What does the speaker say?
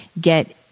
get